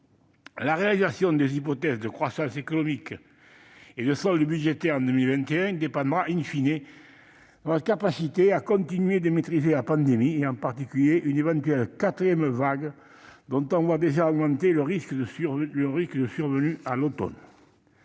La réalisation des hypothèses de croissance économique et de solde budgétaire en 2021 dépendra de notre capacité à continuer de maîtriser la pandémie, en particulier une éventuelle quatrième vague dont on voit déjà augmenter le risque de survenue pour l'automne.